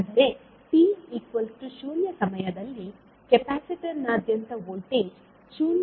ಅಂದರೆ t0 ಸಮಯದಲ್ಲಿ ಕೆಪಾಸಿಟರ್ನಾದ್ಯಂತ ವೋಲ್ಟೇಜ್ 0 ಗೆ ಸಮಾನವಾಗಿರುತ್ತದೆ